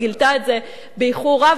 היא גילתה את זה באיחור רב.